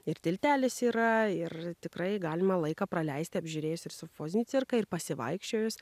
ir tiltelis yra ir tikrai galima laiką praleisti apžiūrėjus ir sufozinį cirką ir pasivaikščiojus